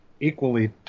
equally